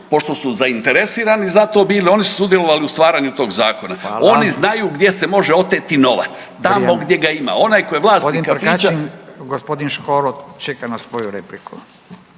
pošto su zainteresirani za to bili oni su sudjelovali u stvaranju tog zakona, oni znaju gdje se može oteti novac, tamo gdje ga ima. Onaj tko je vlasnik kafića… **Radin, Furio (Nezavisni)**